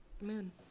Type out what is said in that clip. moon